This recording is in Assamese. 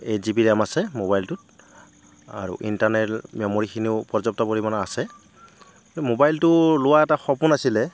এইট জিবি ৰেম আছে মোবাইলটোত আৰু ইণ্টাৰনেল মেমৰীখিনিও পৰ্যাপ্ত পৰিমাণে আছে মোবাইলটো লোৱা এটা সপোন আছিলে